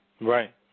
right